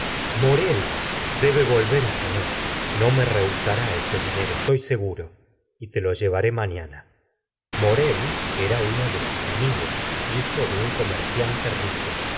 debe volver esta noche no me rehusará ese dinero estoy seguro y te lo llevaré mañana la seño de bovary morel era uno de sus amigos hijo de un comerciante rico